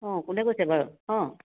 অঁ কোনে কৈছে বাৰু অঁ